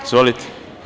Izvolite.